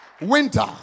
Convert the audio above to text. winter